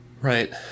Right